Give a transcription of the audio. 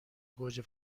گوجه